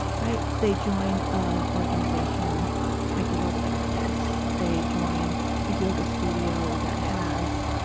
right. they join an organization to make the world a better place. they join a yoga studio that has,